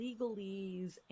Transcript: legalese